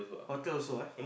hotel also ah